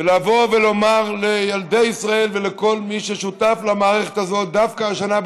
לבוא ולומר לילדי ישראל ולכל מי ששותף למערכת הזאת דווקא השנה,